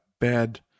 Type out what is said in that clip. bad